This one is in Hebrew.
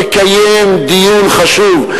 נקיים דיון חשוב,